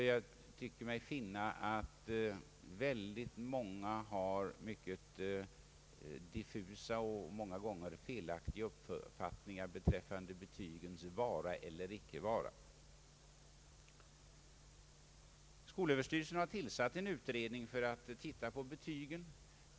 Jag tycker mig finna att många har mycket diffusa och ofta felaktiga uppfattningar beträffande betygens vara eller icke vara. Skolöverstyrelsen har tillsatt en utredning för att studera betygssystemet.